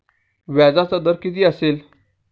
व्याजाचा दर किती असेल?